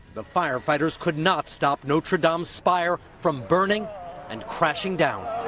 the firefighters could not stop notre dame's spire from burning and crashing down.